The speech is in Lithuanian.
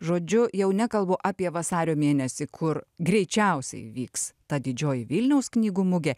žodžiu jau nekalbu apie vasario mėnesį kur greičiausiai vyks ta didžioji vilniaus knygų mugė